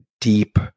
deep